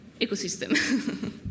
ecosystem